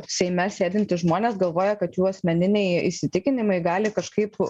seime sėdintys žmonės galvoja kad jų asmeniniai įsitikinimai gali kažkaip